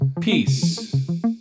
Peace